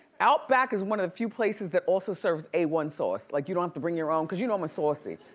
outback is one of the few places that also serves a point one. sauce. like, you don't have to bring your own. cause you know i'm a saucy.